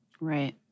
right